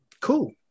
Cool